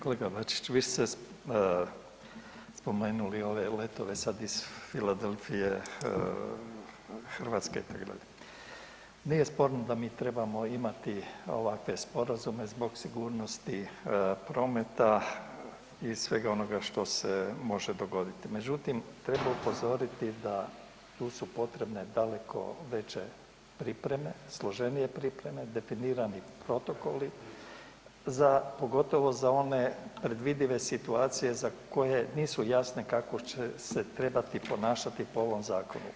Kolega Bačić, vi ste spomenuli ove letove sada iz Philadelphia-Hrvatske itd., nije sporno da mi trebamo imati ovakve sporazume zbog sigurnosti prometa i svega onoga što se može dogoditi, međutim treba upozoriti da tu su potrebne daleko velike pripreme, složenije pripreme, definirani protokoli pogotovo za one predvidive situacije za koje nisu jasne kako će se trebati ponašati po ovom zakonu.